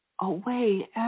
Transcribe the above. away